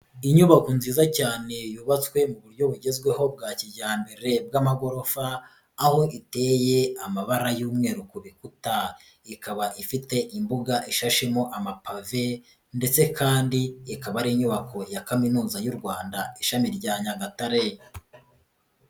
Inyubako nziza cyane yubatswe mu buryo bugezweho bwa kijyambere bw'amagorofa, aho iteye amabara y'umweru ku bikuta, ikaba ifite imbuga ishashemo amapave ndetse kandi ikaba ari inyubako ya kaminuza y'u Rwanda ishami rya Nyagatare.